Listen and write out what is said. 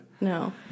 No